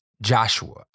Joshua